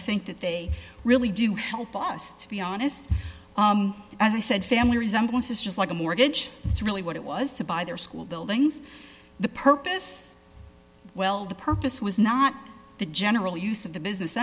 think that they really do help us to be honest as i said family resemblance is just like a mortgage it's really what it was to buy their school buildings the purpose well the purpose was not the general use of the business